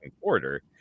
quarter